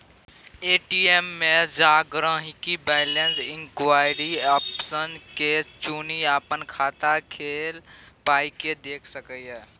ATM मे जा गांहिकी बैलैंस इंक्वायरी आप्शन के चुनि अपन खाता केल पाइकेँ देखि सकैए